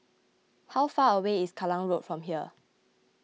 how far away is Kallang Road from here